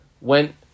went